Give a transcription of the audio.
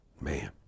Man